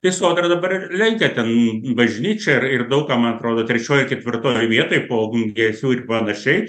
tai sodra dabar lenkia ten bažnyčią ir ir daug ką man atrodo trečioj ketvirtoj vietoj po ungesių ir panašiai